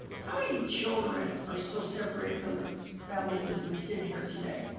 how many children are still separated from their families as we sit here today?